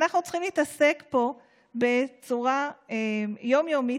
אנחנו צריכים להתעסק פה בצורה יום-יומית,